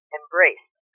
embraced